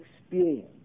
experience